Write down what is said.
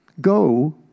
go